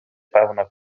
певна